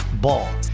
Ball